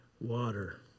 water